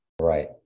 right